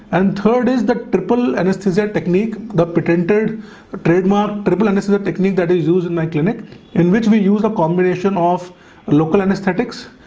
and third is the ripple and it's two z technique. the pretended ah trademark problem, and this is a technique that is used in my clinic in which we use a combination of local anesthetics,